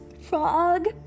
Frog